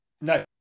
No